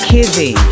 Kizzy